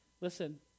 Listen